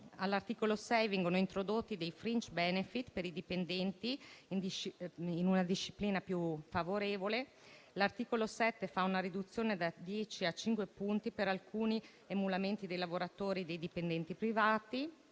All'articolo 6 vengono introdotti dei *fringe benefit* per i dipendenti in una disciplina più favorevole. L'articolo 7 fa una riduzione da 10 a 5 punti per alcuni emolumenti dei lavoratori e dei dipendenti privati.